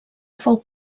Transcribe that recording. fou